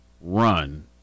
run